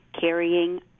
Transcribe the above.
carrying